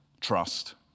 trust